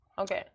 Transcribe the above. Okay